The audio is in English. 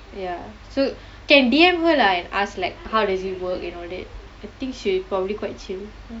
ya so can D_M her lah and ask like how does it work and all that I think she probably quite chill